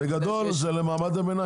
בגדול זה למעמד הביניים.